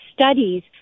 studies